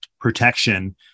protection